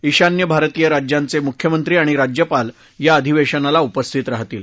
ईशान्य भारतीय राज्यांचे मुख्यमंत्री आणि राज्यपाल या अधिवेशनाला उपस्थित राहतील